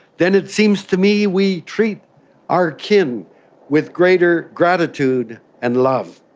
then it seems to me we treat our kin with greater gratitude and love.